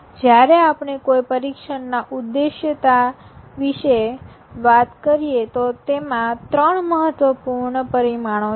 જ્યારે આપણે કોઈ પરીક્ષણના ઉદ્વેશયતા વિશે વાત કરીએ તો તેમાં ત્રણ મહત્વપૂર્ણ પરિમાણો છે